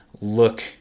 look